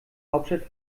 hauptstadt